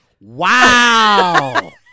wow